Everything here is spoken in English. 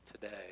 today